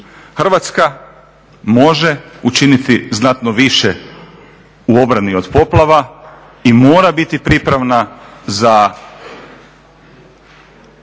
Hrvatska može učiniti znatno više u obrani od poplava i mora biti pripravna za